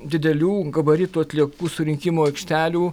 didelių gabaritų atliekų surinkimo aikštelių